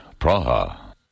Praha